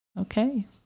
Okay